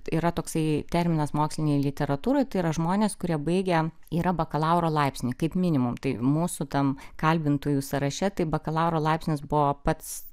yra toksai terminas mokslinėj literatūroj tai yra žmonės kurie baigę yra bakalauro laipsnį kaip minimum tai mūsų tam kalbintųjų sąraše tai bakalauro laipsnis buvo pats